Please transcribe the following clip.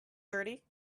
thirty